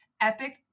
epic